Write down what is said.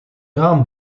raam